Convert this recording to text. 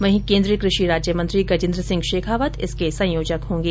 वहीं केन्द्रीय कृषि राज्य मंत्री गजेन्द्र सिंह शेखावत इसके संयोजक होंगे